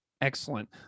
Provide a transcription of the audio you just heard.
Excellent